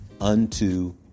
unto